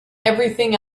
everything